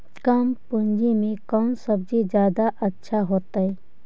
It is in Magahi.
कम पूंजी में कौन सब्ज़ी जादा अच्छा होतई?